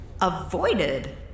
avoided